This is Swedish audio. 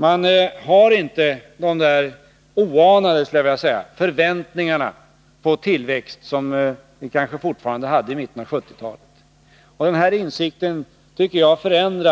Man har inte de överdrivna förväntningar på tillväxt som vi kanske fortfarande hade i mitten av 1970-talet. De här insikterna tycker jag på ett radikalt